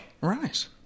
Right